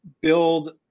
build